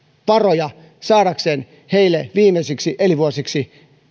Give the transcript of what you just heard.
varoja saadaksemme heille jokaiselle viimeisiksi elinvuosikseen